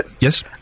Yes